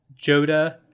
Joda